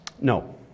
No